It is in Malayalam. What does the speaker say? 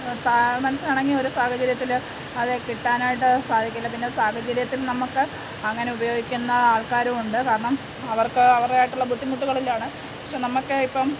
മനസ്സിനിണങ്ങിയൊരു സാഹചര്യത്തിൽ അത് കിട്ടാനായിട്ട് സാധിക്കില്ല പിന്നെ സാഹചര്യത്തിന് നമുക്ക് അങ്ങനെ ഉപയോഗിക്കുന്ന ആൾക്കാരുമുണ്ട് കാരണം അവർക്ക് അവരുടേതായിട്ടുള്ള ബുദ്ധിമുട്ടികളിലാണ് പക്ഷേ നമുക്ക് ഇപ്പം